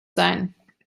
sein